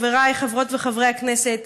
חבריי חברות וחברי הכנסת: